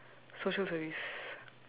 social service